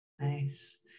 nice